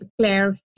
Claire